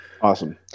Awesome